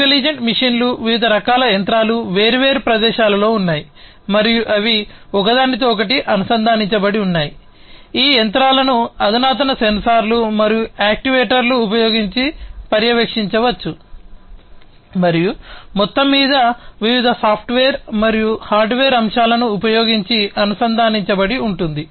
intelligent మెషీన్లు వివిధ రకాల యంత్రాలు వేర్వేరు ప్రదేశాలలో ఉన్నాయి మరియు అవి ఒకదానితో ఒకటి అనుసంధానించబడి ఉన్నాయి ఈ యంత్రాలను అధునాతన సెన్సార్లు మరియు యాక్యుయేటర్లను ఉపయోగించి పర్యవేక్షించవచ్చు మరియు మొత్తంమీద వివిధ సాఫ్ట్వేర్ మరియు హార్డ్వేర్ అంశాలను ఉపయోగించి అనుసంధానించబడి ఉంటుంది